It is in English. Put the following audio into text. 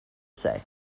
say